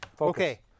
Okay